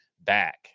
back